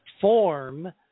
form